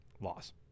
Loss